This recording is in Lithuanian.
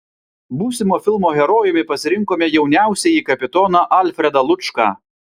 būsimo filmo herojumi pasirinkome jauniausiąjį kapitoną alfredą lučką